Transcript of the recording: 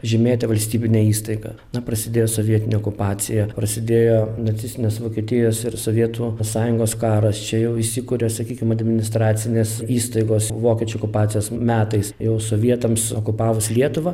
žymėti valstybinę įstaigą na prasidėjo sovietinė okupacija prasidėjo nacistinės vokietijos ir sovietų sąjungos karas čia jau įsikuria sakykim administracinės įstaigos vokiečių okupacijos metais jau sovietams okupavus lietuvą